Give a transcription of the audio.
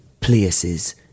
Places